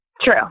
True